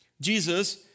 Jesus